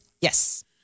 Yes